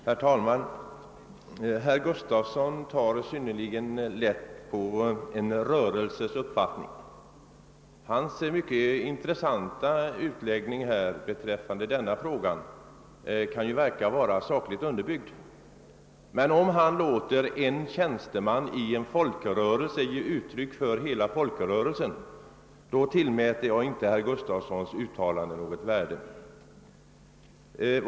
Herr talman! Herr Gustavsson i Nässjö tar synnerligen lätt på en rörelses uppfattning. Hans mycket intressanta utläggningar i frågan kan verka vara sakligt underbyggda, men om han låter en tjänsteman i en folkrörelse ge uttryck för hela folkrörelsens uppfattning tillmäter jag inte herr Gustavssons uttalande något värde.